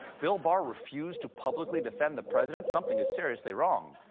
bill barr refused to publicly defend the president? something is seriously wrong.